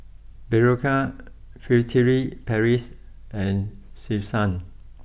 Berocca Furtere Paris and Selsun